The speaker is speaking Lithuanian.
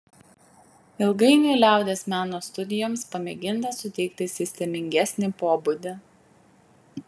ilgainiui liaudies meno studijoms pamėginta suteikti sistemingesnį pobūdį